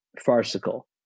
farcical